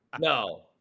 No